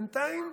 בינתיים,